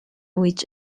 which